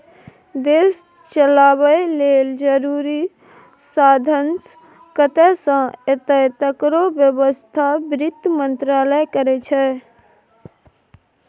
देश चलाबय लेल जरुरी साधंश कतय सँ एतय तकरो बेबस्था बित्त मंत्रालय करै छै